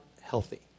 healthy